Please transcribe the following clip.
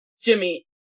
jimmy